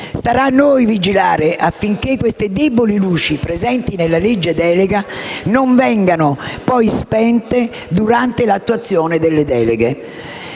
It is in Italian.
Starà a noi vigilare affinché queste deboli luci presenti nella legge delega non vengano poi spente durante l'attuazione delle deleghe.